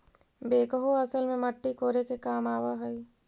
backhoe असल में मट्टी कोड़े के काम आवऽ हई